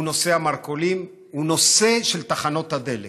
הוא הנושא של תחנות הדלק.